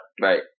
right